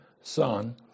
son